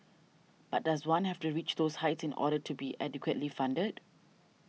but does one have to reach those heights order to be adequately funded